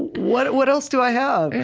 what what else do i have?